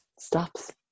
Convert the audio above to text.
stops